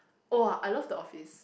!woah! I love the Office